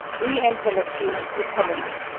re-enter lafeu with helena